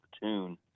platoon